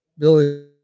Billy